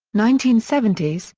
nineteen seventy s,